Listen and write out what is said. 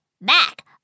Back